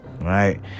Right